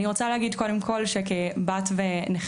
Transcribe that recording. אני רוצה להגיד קודם כל שכבת ונכדה